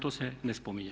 To se ne spominje.